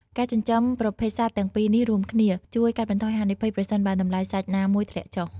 ការចិញ្ចឹមប្រភេទសត្វទាំងពីរនេះរួមគ្នា ជួយកាត់បន្ថយហានិភ័យប្រសិនបើតម្លៃសាច់ណាមួយធ្លាក់ចុះ។